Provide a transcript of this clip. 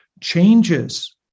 changes